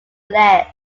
legs